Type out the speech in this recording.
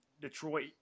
Detroit